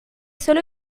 sólo